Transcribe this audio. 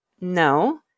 No